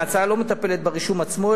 ההצעה לא מטפלת ברישום עצמו,